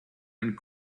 and